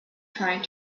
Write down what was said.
trying